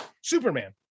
superman